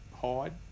hide